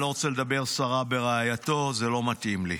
אני לא רוצה לדבר סרה ברעייתו, זה לא מתאים לי.